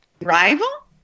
rival